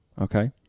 Okay